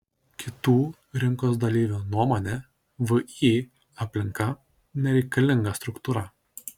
kitų rinkos dalyvių nuomone vį aplinka nereikalinga struktūra